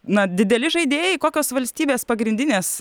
na dideli žaidėjai kokios valstybės pagrindinės